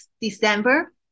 December